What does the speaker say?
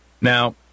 Now